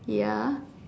ya